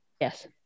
yes